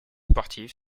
sportif